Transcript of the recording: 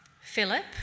Philip